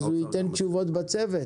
ייתן תשובות בתוך הצוות?